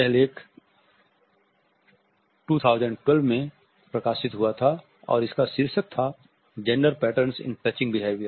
यह लेख 2012 में प्रकाशित हुआ था और इसका शीर्षक था gender patterns in touching behaviour